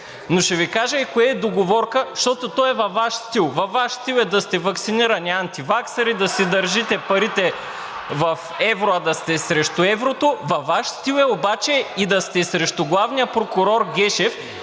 Но ще Ви кажа и кое е договорка, защото то е във Ваш стил. Във Ваш стил е да сте ваксинирани антиваксъри (шум, реплики, смях), да си държите парите в евро, а да сте срещу еврото, във Ваш стил е обаче и да сте срещу главния прокурор Гешев